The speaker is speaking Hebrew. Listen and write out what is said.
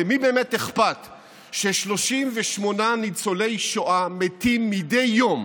למי באמת אכפת ש-38 ניצולי שואה מתים מדי יום,